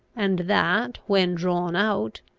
and that, when drawn out,